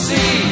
See